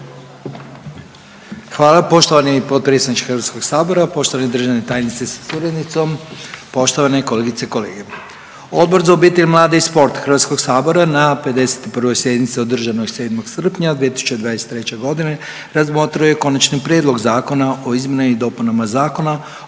Hvala poštovani potpredsjedniče HS-a, poštovani državni tajnice sa suradnicom, poštovani kolegice i kolege. Odbor za obitelj, mlade i sport HS-a na 51. sjednici održanoj 7. srpnja 2023. g. razmotrio je Konačni prijedloga zakona o izmjenama i dopunama Zakona